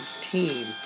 team